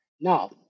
Now